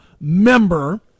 member